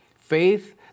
faith